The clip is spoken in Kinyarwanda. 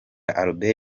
albert